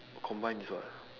combine with what